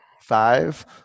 Five